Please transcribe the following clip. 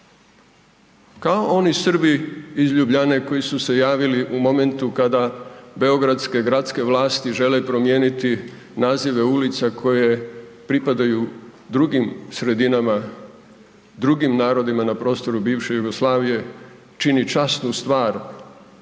kao oni Srbi iz Ljubljane koji su se javili u momentu kada beogradske gradske vlasti žele promijeniti nazive ulica koje pripadaju drugim sredinama, drugim narodima na prostoru bivše Jugoslavije, čini časnu stvar